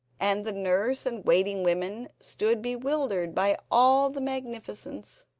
and the nurse and waiting women stood bewildered by all the magnificence.